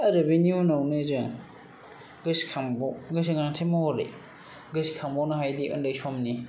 आरो बेनि उनावनो जों गोसोखांबाव गोसोखांथि महरै गोसोखांबावनो हायो दि ओन्दै समनि